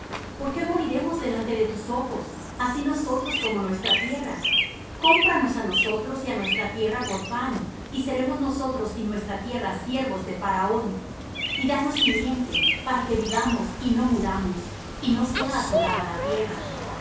por qué moriremos delante de tus ojos así nosotros como nuestra tierra cómpranos á nosotros y á nuestra tierra por pan y seremos nosotros y nuestra tierra siervos de faraón y danos simiente para que vivamos y no muramos y no sea asolada la tierra